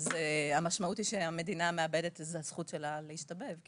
המשמעות היא שהמדינה מאבדת את הזכות שלה להשתבב כי